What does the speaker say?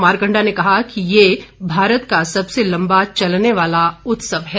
मारकंडा ने कहा कि ये भारत का सबसे लंबा चलने वाला उत्सव है